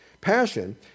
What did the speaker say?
Passion